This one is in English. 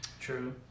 True